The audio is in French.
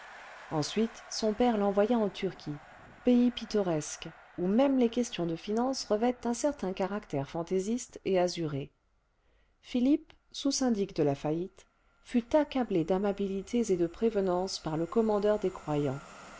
ensuite son père l'envoya en turquie pays pittoresque où même les questions de finances revêtent un certain caractère fantaisiste et azuré philippe sous syndic de la faillite fut accablé d'amabilités et de prévenances par le commandeur des croyants